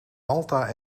malta